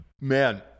Man